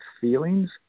feelings